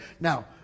Now